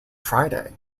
friday